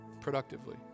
productively